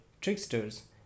tricksters